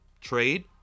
trade